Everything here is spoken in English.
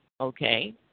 okay